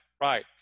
Right